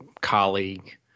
colleague